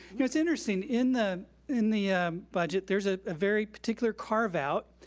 yeah it's interesting, in the in the budget, there's a ah very particular carve out.